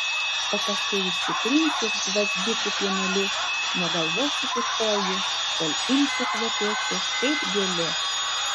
o paskui išsitrinsiu gvazdikų pieneliu nuo galvos iki kojų kol imsiu kvepėti kaip gėlė